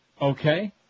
Okay